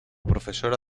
profesora